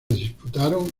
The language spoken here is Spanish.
disputaron